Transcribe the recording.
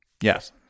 Yes